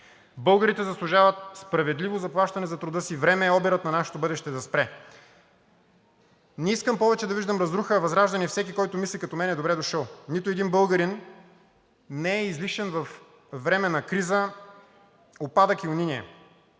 Българите заслужават справедливо заплащане за труда си. Време е обирът на нашето бъдеще да спре. Не искам повече да виждам разруха, а възраждане и всеки, който мисли като мен, е добре дошъл. Нито един българин не е излишен във време на криза, упадък и униние,